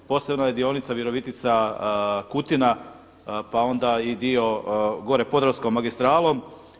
Posebna je dionica Virovitica – Kutina, pa onda i dio gore Podravskom magistralom.